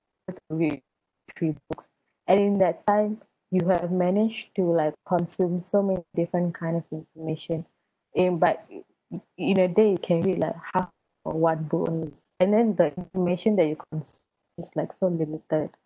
three books and in that time you have managed to like consume so many different kind of information in but in a day you can read like half or one book only and then the information that you consume is like so limited